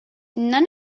none